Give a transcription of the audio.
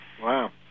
Wow